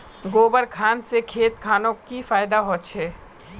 गोबर खान से खेत खानोक की फायदा होछै?